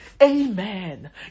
Amen